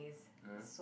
ah